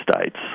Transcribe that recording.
states